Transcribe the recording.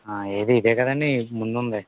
ఏది ఇదే కదండీ ముందు ఉంది